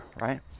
right